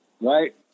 right